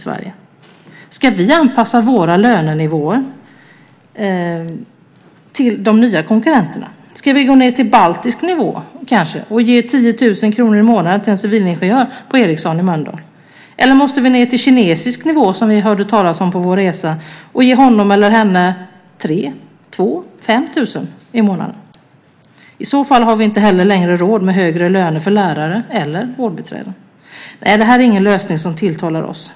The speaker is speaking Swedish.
Ska vi anpassa våra lönenivåer till de nya konkurrenterna? Ska vi gå ned till baltisk nivå kanske och ge 10 000 kr i månaden till en civilingenjör på Ericsson i Mölndal? Eller måste vi ned till kinesisk nivå, som vi hörde talas om på vår resa, och ge honom eller henne 3 000, 2 000 eller 5 000 kr i månaden? I så fall har vi inte heller längre råd med högre löner för lärare eller vårdbiträden. Nej, det här är ingen lösning som tilltalar oss.